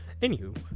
anywho